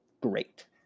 great